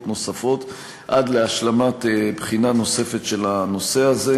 נוספות עד להשלמת בחינה נוספת של הנושא הזה.